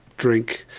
drink,